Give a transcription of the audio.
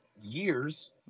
years